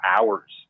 hours